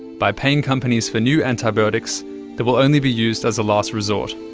by paying companies for new antibiotics that will only be used as a last resort.